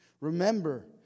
Remember